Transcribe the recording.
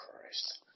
Christ